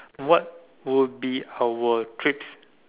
what would be our treats